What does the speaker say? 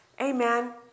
Amen